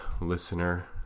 listener